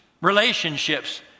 Relationships